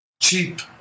cheap